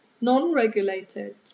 non-regulated